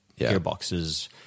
gearboxes